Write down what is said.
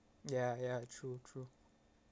ya ya true true